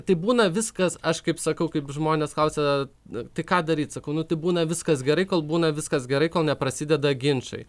tai būna viskas aš kaip sakau kaip žmonės klausia tai ką daryt sakau nu tai būna viskas gerai kol būna viskas gerai kol neprasideda ginčai